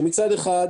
מצד אחד,